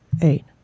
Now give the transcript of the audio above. eight